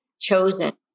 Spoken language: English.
chosen